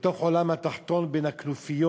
בתוך העולם התחתון בין הכנופיות.